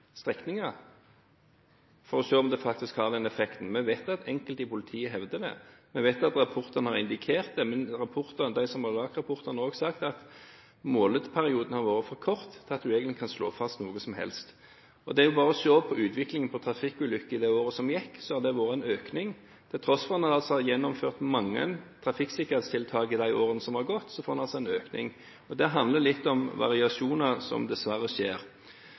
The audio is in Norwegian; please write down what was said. for å se om det faktisk har den effekten. Vi vet at enkelte i politiet hevder det, vi vet at rapportene har indikert det, men de som har laget rapportene, har også sagt at måleperioden har vært for kort til at man egentlig kan slå fast noe som helst. Det er jo bare å se på utviklingen i trafikkulykker i det året som gikk: Det har vært en økning. Til tross for at en altså har gjennomført mange trafikksikkerhetstiltak i de årene som har gått, får en altså en økning. Det handler litt om variasjoner som dessverre skjer.